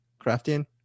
Craftian